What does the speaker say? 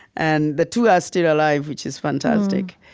and the two are still alive, which is fantastic.